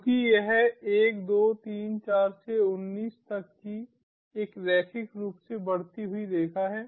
चूँकि यह 1 2 3 4 से 19 तक की एक रैखिक रूप से बढ़ती हुई रेखा है